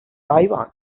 taiwan